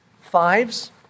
fives